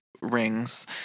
rings